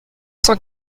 cent